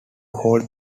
hold